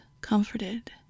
comforted